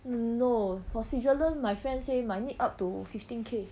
no for switzerland my friend say might need up to fifteen K